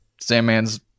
Sandman's